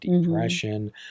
depression